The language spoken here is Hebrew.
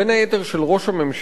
בין היתר של ראש הממשלה,